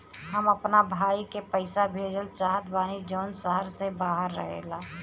हम अपना भाई के पइसा भेजल चाहत बानी जउन शहर से बाहर रहेला